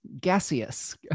gaseous